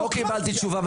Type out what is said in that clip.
לא קיבלתי תשובה.